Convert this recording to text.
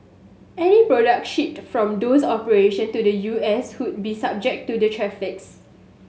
any products shipped from those operations to the U S would be subject to the tariffs